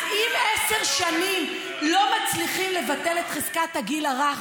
אז אם עשר שנים לא מצליחים לבטל את חזקת הגיל הרך,